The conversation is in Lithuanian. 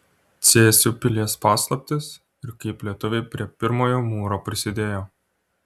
cėsių pilies paslaptys ir kaip lietuviai prie pirmojo mūro prisidėjo